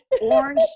orange